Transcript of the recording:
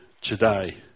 today